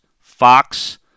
Fox